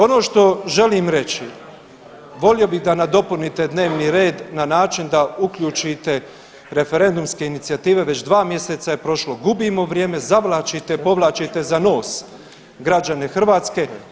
Ono što želim reći volio bi nadopunite dnevni red na način da uključite referendumske inicijative, već 2 mjeseca je prošlo, gubimo vrijeme, zavlačite, povlačite za nos građane Hrvatske.